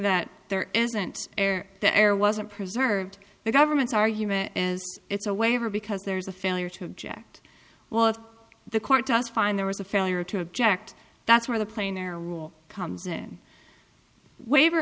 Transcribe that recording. that there isn't air the air wasn't preserved the government's argument it's a waiver because there's a failure to object well if the court does find there was a failure to object that's where the plane or rule comes in waiver